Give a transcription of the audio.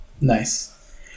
Nice